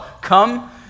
come